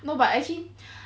no but actually